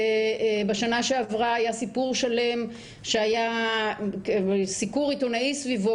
בשנה שעברה היה סיפור שלם שהיה סיקור עיתונאי סביבו,